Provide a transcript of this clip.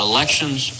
Elections